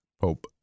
Pope